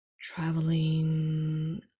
traveling